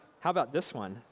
how about this one?